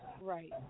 right